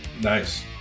Nice